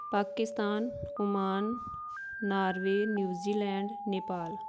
Pakistan Oman Norway New Zealand Nepal